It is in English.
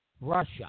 Russia